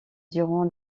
durant